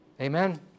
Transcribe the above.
Amen